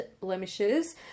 blemishes